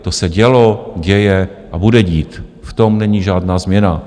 To se dělo, děje a bude dít, v tom není žádná změna.